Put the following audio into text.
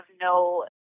no